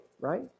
right